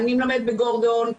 אני מלמדת בגורדון,